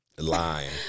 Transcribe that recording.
Lying